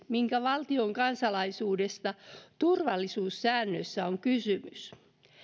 minkä valtion kansalaisuudesta turvallisuussäännöissä on kysymys